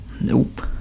nope